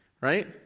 right